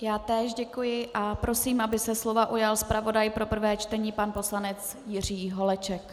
Já též děkuji a prosím, aby se slova ujal zpravodaj pro prvé čtení pan poslanec Jiří Holeček.